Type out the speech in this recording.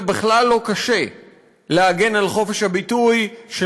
זה בכלל לא קשה להגן על חופש הביטוי של